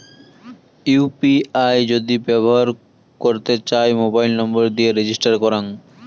UPI যদি ব্যবহর করতে চাই, মোবাইল নম্বর দিয়ে রেজিস্টার করাং